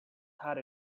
had